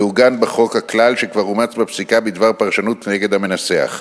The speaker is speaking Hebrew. יעוגן בחוק הכלל שכבר אומץ בפסיקה בדבר פרשנות נגד המנסח.